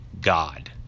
God